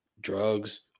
drugs